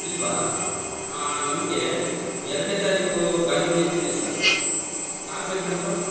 ಇಲ್ವಾ ನಮಗೆ ಎರಡನೇ ತಾರೀಖು ಗಾಂಧಿ ಜಯಂತಿ ದಿವಸ ಕಾರ್ ಬೇಕು ಕಣಪ್ಪ